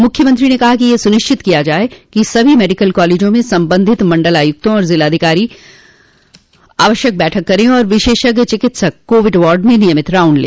मुख्यमंत्री ने कहा कि यह सुनिश्चित किया जाये कि सभी मेडिकल कॉलेजों में संबंधित मंडलायुक्तों और जिलाधिकारी आवश्यक बैठक करे तथा विशेषज्ञ चिकित्सक कोविड वार्ड में नियमित राउंड ले